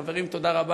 חברים, תודה רבה.